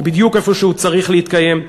בדיוק איפה שהוא צריך להתקיים,